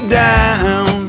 down